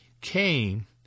came